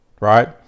Right